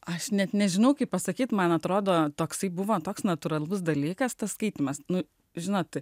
aš net nežinau kaip pasakyt man atrodo toksai buvo toks natūralus dalykas tas skaitymas nu žinot